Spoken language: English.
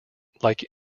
like